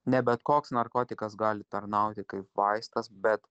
ne bet koks narkotikas gali tarnauti kaip vaistas bet